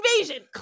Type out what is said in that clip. invasion